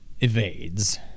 evades